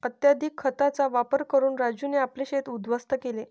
अत्यधिक खतांचा वापर करून राजूने आपले शेत उध्वस्त केले